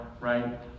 right